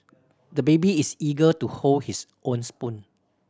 the baby is eager to hold his own spoon